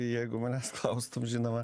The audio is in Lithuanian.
jeigu manęs klaustum žinoma